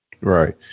right